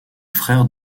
frère